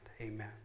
Amen